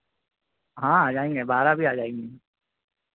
हाँ आ जाएंगे बारह भी आ जाएंगे